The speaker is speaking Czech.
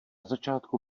začátku